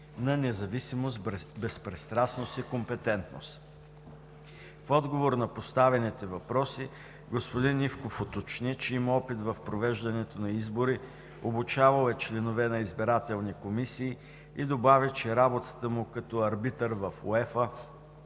на независимост, безпристрастност и компетентност. В отговор на поставените въпроси господин Ивков уточни, че има опит в провеждането на избори, обучавал е членове на избирателни комисии и добави, че работата му като арбитър в УЕФА